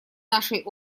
нашей